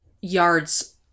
yards